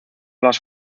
las